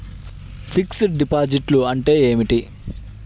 Fixed డిపాజిట్లు అంటే ఏమిటి?